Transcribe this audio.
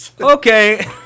okay